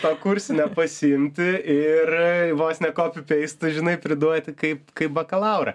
to kursinio pasiimti ir vos ne kopi peistu žinai priduoti kaip kaip bakalaurą